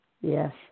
Yes